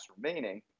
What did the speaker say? remaining